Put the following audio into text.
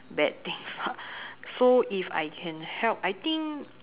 bad things lah so if I can help I think